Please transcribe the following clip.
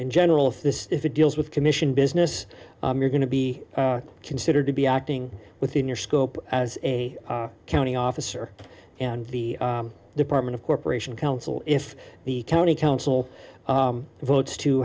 in general if this if it deals with commission business you're going to be considered to be acting within your scope as a county officer and the department of corporation counsel if the county council votes to